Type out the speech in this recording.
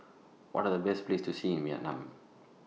What Are The Best Places to See in Vietnam